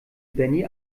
benny